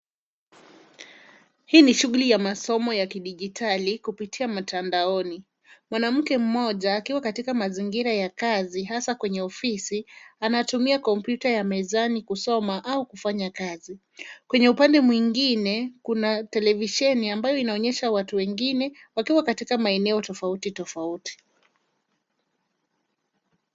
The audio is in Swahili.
Hii ni shughuli ya masomo ya kidijitali kupitia mtandaoni. Mwanamke mmoja akiwa katika mazingira ya kazi hasa kwenye ofisi anatumia kompyuta ya mezani kusoma au kufanya kazi. Kwenye upande mwingine kuna televisheni ambayo inaonyesha watu wengine wakiwa katika maeneo tofauti tofauti.